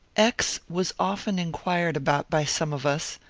x. was often inquired about by some of us,